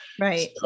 Right